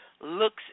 looks